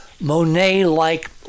Monet-like